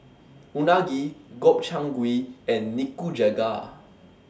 Unagi Gobchang Gui and Nikujaga